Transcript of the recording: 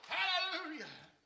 Hallelujah